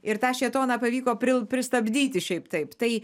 ir tą šėtoną pavyko pril pristabdyti šiaip taip tai